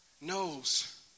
knows